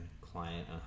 client